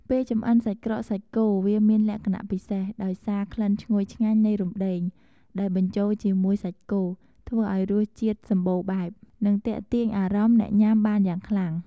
ពេលចម្អិនសាច់ក្រកសាច់គោ វាមានលក្ខណៈពិសេស ដោយសារក្លិនឈ្ងុយឆ្ងាញ់នៃរំដេង ដែលបញ្ចូលជាមួយសាច់គោ ធ្វើឱ្យរសជាតិសម្បូរបែប និងទាក់ទាញអារម្មណ៍អ្នកញ៉ាំបានយ៉ាងខ្លាំង។